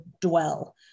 dwell